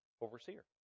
overseer